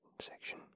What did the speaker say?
section